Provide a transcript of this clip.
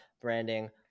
branding